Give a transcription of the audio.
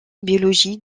biologie